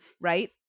right